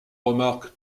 remarque